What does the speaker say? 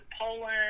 Poland